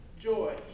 joy